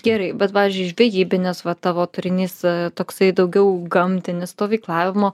gerai bet pavyzdžiui žvejybinis va tavo turinys toksai daugiau gamtinis stovyklavimo